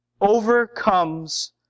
overcomes